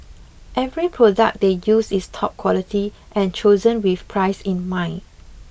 every product they use is top quality and chosen with price in mind